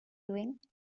doing